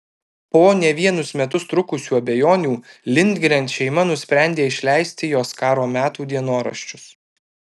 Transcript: po ne vienus metus trukusių abejonių lindgren šeima nusprendė išleisti jos karo metų dienoraščius